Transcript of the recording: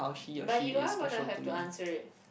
but you are gonna have to answer it